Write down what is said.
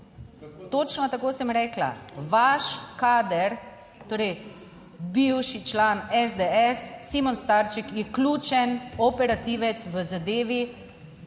točno tako sem rekla. Vaš kader, torej bivši član SDS Simon Starček je ključen operativec v zadevi